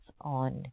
on